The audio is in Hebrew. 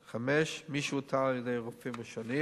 5. מי שאותר על-ידי רופאים ראשוניים,